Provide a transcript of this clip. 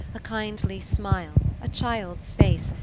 a kindly smile, a child's face,